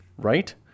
Right